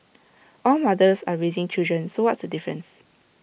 all mothers are raising children so what's the difference